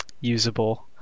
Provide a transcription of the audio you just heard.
usable